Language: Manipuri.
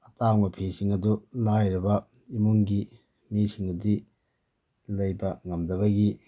ꯑꯇꯥꯡꯕ ꯐꯤ ꯁꯤꯡ ꯑꯗꯨ ꯂꯥꯏꯔꯕ ꯏꯃꯨꯡꯒꯤ ꯃꯤ ꯁꯤꯡꯅꯗꯤ ꯂꯩꯕ ꯉꯝꯗꯕꯒꯤ